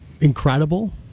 incredible